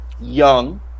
young